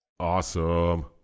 awesome